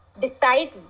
decide